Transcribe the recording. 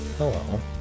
hello